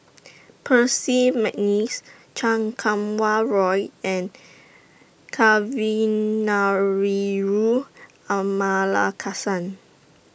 Percy Mcneice Chan Kum Wah Roy and Kavignareru Amallathasan